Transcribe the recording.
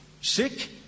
sick